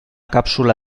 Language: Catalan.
càpsula